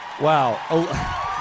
Wow